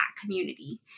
community